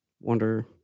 wonder